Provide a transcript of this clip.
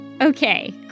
Okay